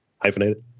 hyphenated